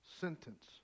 sentence